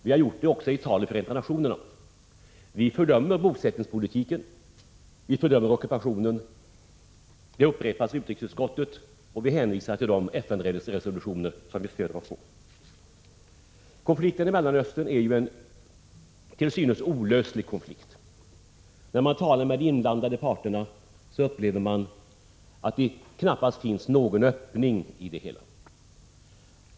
Vi har gjort det också i tal i Förenta nationerna. Vi fördömer bosättningspolitiken, och vi fördömer ockupationen — det upprepas i betänkandet. Vi hänvisar till de FN-resolutioner som vi också stöder. Konflikten i Mellanöstern är ju en till synes olöslig konflikt. När man talar med inblandade parter upplever man att det knappast finns någon öppning i det hela.